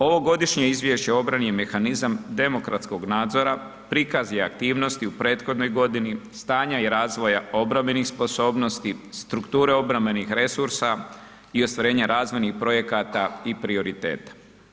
Ovo Godišnje izvješće o obrani je mehanizam demokratskog nadzora, prikaz je aktivnosti u prethodnoj godini, stanja i razvoja obrambenih sposobnosti, strukture obrambenih resursa, i ostvarenja razvojnih projekata i prioriteta.